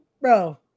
Bro